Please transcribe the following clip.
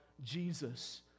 Jesus